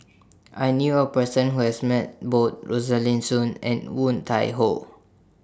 I knew A Person Who has Met Both Rosaline Soon and Woon Tai Ho